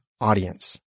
audience